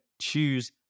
choose